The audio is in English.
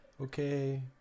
okay